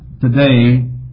today